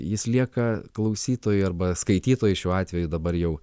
jis lieka klausytojui arba skaitytojui šiuo atveju dabar jau